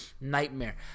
nightmare